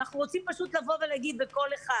ואנחנו רוצים פשוט לבוא ולהגיד בקול אחד